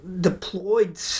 deployed